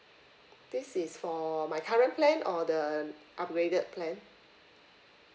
this is for my current plan or the um upgraded plan